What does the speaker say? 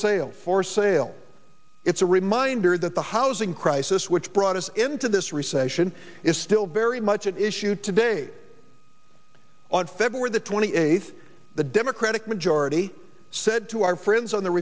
sale for sale it's a reminder that the housing crisis which brought us into this recession is still very much an issue today on february the twenty eighth the democratic majority said to our friends on the